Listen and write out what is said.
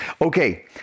Okay